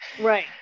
right